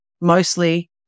mostly